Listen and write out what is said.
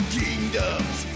kingdoms